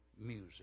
music